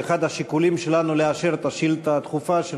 שאחד השיקולים שלנו לאשר את השאילתה הדחופה של